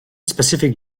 specific